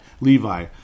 Levi